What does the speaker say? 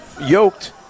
yoked